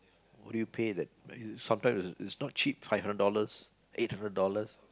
what do you pay that it's sometimes it's not cheap five hundred dollars eight hundred dollars